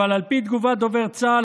אבל על פי תגובת דובר צה"ל,